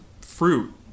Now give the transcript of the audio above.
fruit